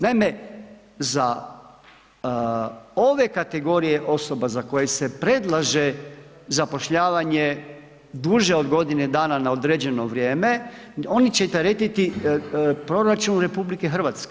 Naime, za ove kategorije osoba za koje se predlaže zapošljavanje duže od godine dana na određeno vrijeme oni će teretiti proračun RH.